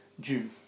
June